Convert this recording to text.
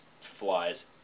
flies